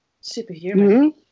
superhuman